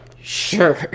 Sure